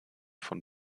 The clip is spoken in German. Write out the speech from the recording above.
von